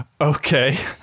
Okay